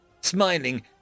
Smiling